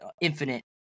infinite